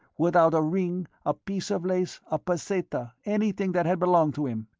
without a ring, a piece of lace, a peseta, anything that had belonged to him,